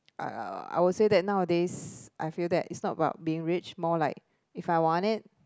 uh I would say that nowadays I feel that it's not about being rich more like if I want it